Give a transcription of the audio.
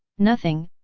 nothing,